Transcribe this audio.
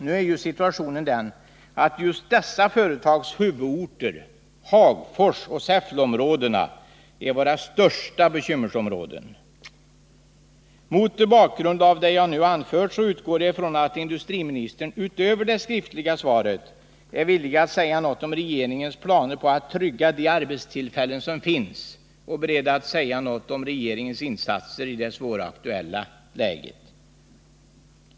Nu är situationen den att just dessa företags huvudorter — Hagfors och Säffle — är de områden som utgör våra största bekymmer. Mot bakgrund av det jag nu anfört utgår jag ifrån att industriministern utöver det skriftliga svaret är villig att säga något om regeringens planer på att trygga de arbetstillfällen som finns och om regeringens insatser i det svåra aktuella läget.